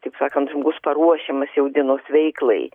taip sakant bus paruošiamas jau dienos veiklai